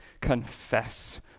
Confess